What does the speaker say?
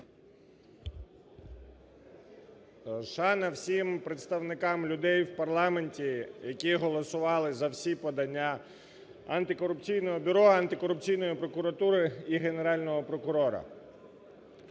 Шана всім представникам людей в парламенті, які голосували за всі подання Антикорупційного бюро, Антикорупційної прокуратури і Генерального прокурора.